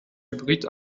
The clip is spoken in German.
hybrid